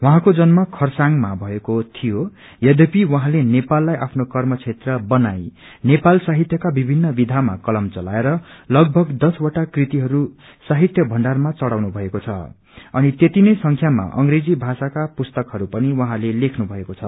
उहाँको जन्म खरसाङ्या भएको थियो यद्यपि उहाँले नेपाललाई आफ्नो कर्मक्षेत्र बनाई नेपाली साहित्यका विभिन्न विधामा कलम चलाएर लगभग दसवटा कृतिहरू साहित्य थण्डारमा चढ़ाउनु भएको छ अनि त्यति नै संख्यामा अंगेजी भाषाका पुरनतकहरू पनि उझँते लेख्नु भएको छ